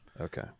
Okay